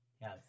Yes